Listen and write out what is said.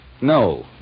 No